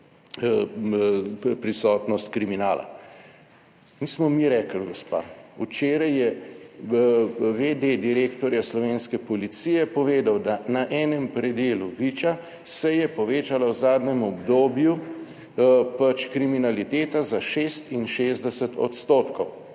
prisotnost kriminala. Nismo mi rekli, gospa. Včeraj je vede direktorja slovenske policije povedal, da na enem predelu Viča se je povečala v zadnjem obdobju kriminaliteta za 6, %,